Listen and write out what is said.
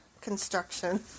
Construction